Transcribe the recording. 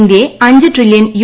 ഇന്ത്യയെ അഞ്ച് trillion U